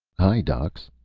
hi, docs,